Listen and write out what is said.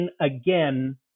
again